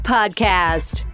Podcast